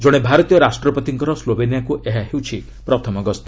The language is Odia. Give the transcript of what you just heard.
ଜଣେ ଭାରତୀୟ ରାଷ୍ଟ୍ରପତିଙ୍କର ସ୍କୋବେନିଆକୁ ଏହା ହେଉଛି ପ୍ରଥମ ଗସ୍ତ